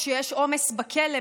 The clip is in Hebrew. כשיש עומס בכלא,